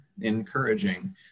encouraging